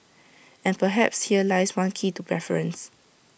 and perhaps here lies one key to preference